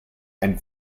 and